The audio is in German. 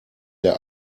der